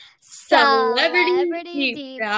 Celebrity